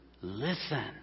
listen